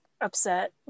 upset